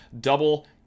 double